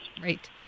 great